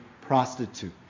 prostitute